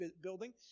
building